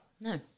No